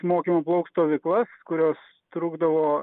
mokymo plaukt stovyklas kurios trukdavo